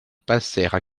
passèrent